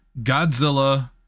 Godzilla